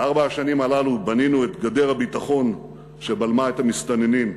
בארבע השנים הללו בנינו את גדר הביטחון שבלמה את המסתננים,